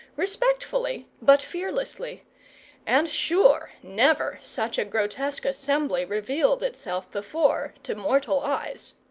respectfully but fearlessly and sure never such a grotesque assembly revealed itself before to mortal eyes.